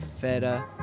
feta